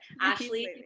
Ashley